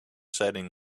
setting